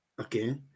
okay